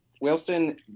Wilson